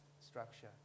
structure